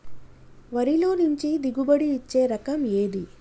వరిలో మంచి దిగుబడి ఇచ్చే రకం ఏది?